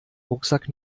rucksack